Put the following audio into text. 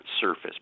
surface